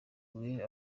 umbwire